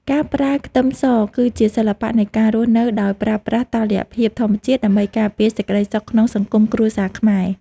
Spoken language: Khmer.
ការប្រើខ្ទឹមសគឺជាសិល្បៈនៃការរស់នៅដោយប្រើប្រាស់តុល្យភាពធម្មជាតិដើម្បីការពារសេចក្តីសុខក្នុងសង្គមគ្រួសារខ្មែរ។